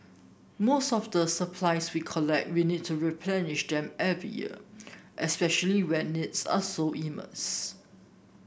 most of the supplies we collect we need to replenish them every year especially when needs are so immense